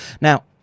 Now